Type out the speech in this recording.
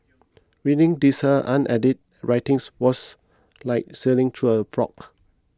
reading Lisa unedited writings was like sailing through a fog